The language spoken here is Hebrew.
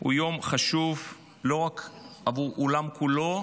הוא יום חשוב לא רק עבור העולם כולו,